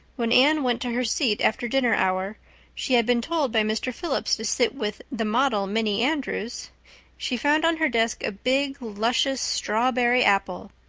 when anne went to her seat after dinner hour she had been told by mr. phillips to sit with the model minnie andrews she found on her desk a big luscious strawberry apple.